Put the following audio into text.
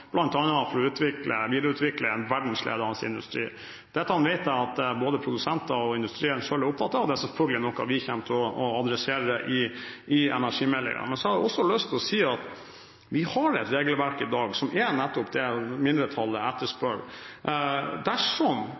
for å videreutvikle en verdensledende industri. Dette vet jeg at både produsenter og industrien selv er opptatt av, og det er selvfølgelig noe vi kommer til å adressere i energimeldingen. Men så har jeg også lyst til å si at vi har et regelverk i dag som er nettopp det mindretallet etterspør. Dersom